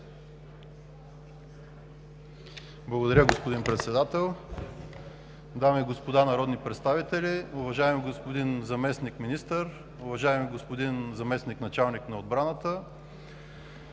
Благодаря, господин Председател. Дами и господа народни представители, уважаеми господин Заместник-министър, уважаеми господин Заместник-началник на отбраната!